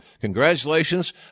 congratulations